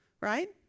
right